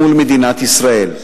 מול מדינת ישראל.